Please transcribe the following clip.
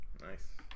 Nice